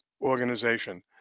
organization